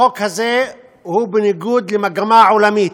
החוק הזה הוא בניגוד למגמה העולמית.